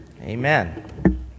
Amen